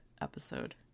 episode